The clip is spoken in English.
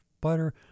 butter